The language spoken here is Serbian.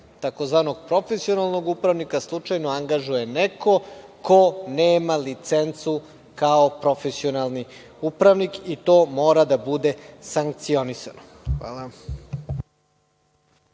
za tzv. profesionalnog upravnika slučajno angažuje neko ko nema licencu kao profesionalni upravnik i to mora da bude sankcionisano. Hvala.